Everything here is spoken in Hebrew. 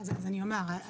אז אני אומר,